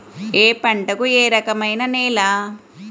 ఏ పంటకు ఏ రకమైన నేల?